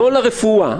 לא לרפואה.